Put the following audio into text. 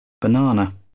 Banana